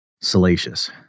salacious